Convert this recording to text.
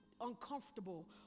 uncomfortable